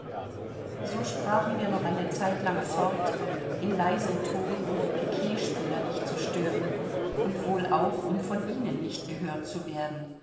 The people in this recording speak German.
so sprachen wir noch eine zeit lang fort in leisem ton um die piketspieler nicht zu stören und wohl auch um von ihnen nicht gehört zu werden